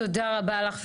תודה רבה לך,